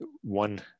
one